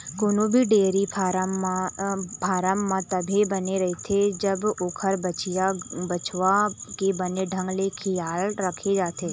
कोनो भी dairy farm ह तभे बने रहिथे जब ओखर बछिया, बछवा के बने ढंग ले खियाल राखे जाथे